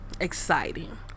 exciting